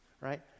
Right